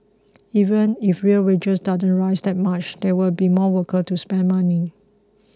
even if real wages don't rise that much there will be more workers to spend money